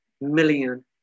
million